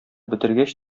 бетергәч